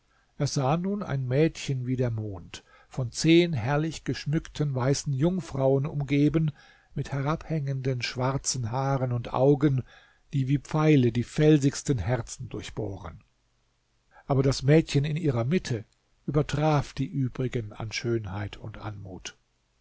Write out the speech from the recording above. er sah nun ein mädchen wie der mond von zehn herrlich geschmückten weißen jungfrauen umgeben mit herabhängenden schwarzen haaren und augen die wie pfeile die felsigsten herzen durchbohren aber das mädchen in ihrer mitte übertraf die übrigen an schönheit und anmut